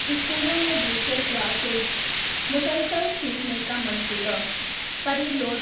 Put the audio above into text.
اسکولوں میں virtual classes مسلسل سیکھنے کا منصوبہ پری لوڈ